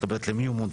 (2)